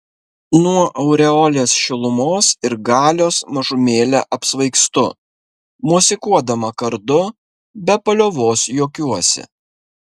nuo aureolės šilumos ir galios mažumėlę apsvaigstu mosikuodama kardu be paliovos juokiuosi